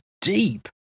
deep